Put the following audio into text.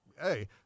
hey